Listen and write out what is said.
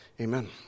Amen